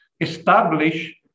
establish